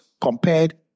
compared